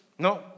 No